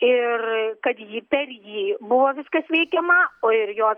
ir kad jį per jį buvo viskas veikiama o ir jo